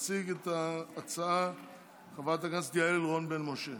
תציג את ההצעה חברת הכנסת יעל רון בן משה.